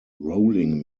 rolling